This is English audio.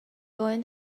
going